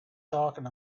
talking